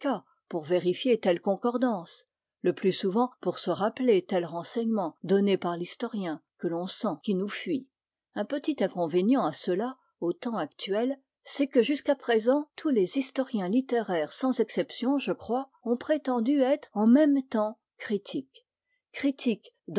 pour vérifier telle concordance le plus souvent pour se rappeler tel renseignement donné par l'historien que l'on sent qui nous fuit un petit inconvénient à cela au temps actuel c'est que jusqu'à présent tous les historiens littéraires sans exception je crois ont prétendu être en même temps critiques